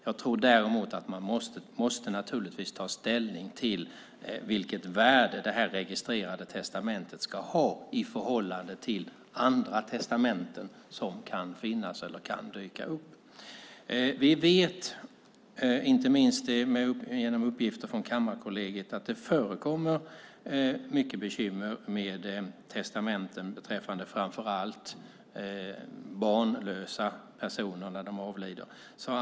Jag tror däremot att man måste ta ställning till vilket värde det registrerade testamentet ska ha i förhållande till andra testamenten som kan finnas eller dyka upp. Vi vet, inte minst genom uppgifter från Kammarkollegiet, att det förekommer mycket bekymmer med testamenten framför allt när det gäller barnlösa personer som avlider.